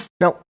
now